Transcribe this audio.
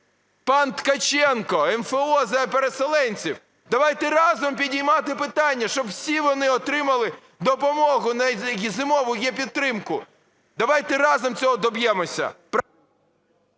пан Ткаченко, МФО за переселенців, давайте разом підіймати питання, щоб всі вони отримали допомогу на "Зимову єПідтримку", давайте разом цього доб'ємося.